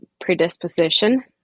predisposition